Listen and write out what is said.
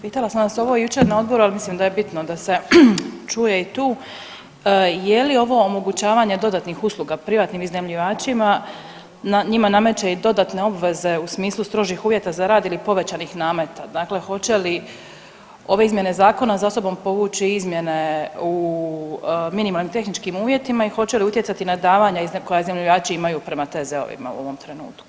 Pitala sam vas ovo jučer na odboru, ali mislim da je bitno da se čuje i tu, je li ovo omogućavanje dodatnih usluga privatnim iznajmljivačima njima nameće i dodatne obveze u smislu strožih uvjeta za rad ili povećanih nameta, dakle hoće li ove izmjene zakona za sobom povući izmjene u minimalnim tehničkim uvjetima i hoće li utjecati na davanja koja iznajmljivači imaju prema TZ-ovima u ovom trenutku?